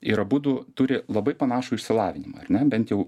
ir abudu turi labai panašų išsilavinimą ar ne bent jau